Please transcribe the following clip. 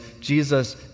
Jesus